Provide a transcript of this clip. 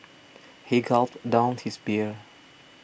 he gulped down his beer